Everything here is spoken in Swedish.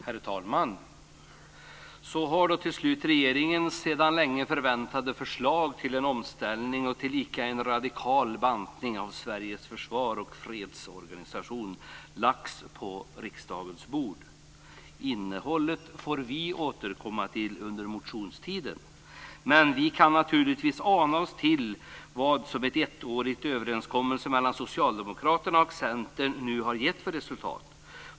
Herr talman! Så har då till slut regeringens sedan länge förväntade förslag till en omställning och tillika en radikal bantning av Sveriges försvar och fredsorganisation lagts på riksdagens bord. Innehållet får vi återkomma till under motionstiden. Men vi kan naturligtvis ana oss till vad den snart ettåriga överenskommelsen mellan Socialdemokraterna och Centern nu har gett för resultat.